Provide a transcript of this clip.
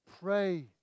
pray